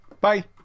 bye